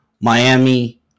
Miami